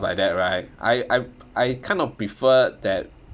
like that right I I I kind of prefer that